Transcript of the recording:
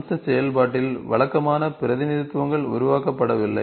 அம்ச செயல்பாட்டில் வழக்கமான பிரதிநிதித்துவங்கள் உருவாக்கப்படவில்லை